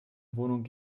wohnung